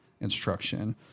instruction